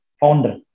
founder